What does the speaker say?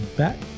back